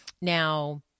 Now